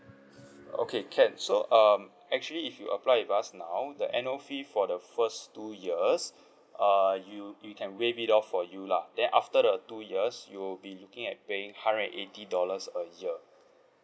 okay can so um actually if you apply with us now the annual fee for the first two years err you you can waive it off for you lah then after the two years you'll be looking at paying hundred and eighty dollars a year